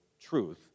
truth